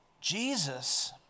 Jesus